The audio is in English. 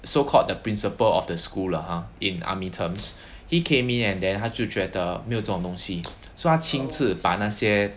so called the principal of the school lah !huh! in army terms he came in and then 他就觉得没有这种东西 so 亲自把那些